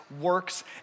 works